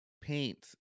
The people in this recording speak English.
paints